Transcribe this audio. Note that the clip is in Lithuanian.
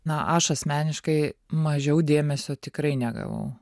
na aš asmeniškai mažiau dėmesio tikrai negavau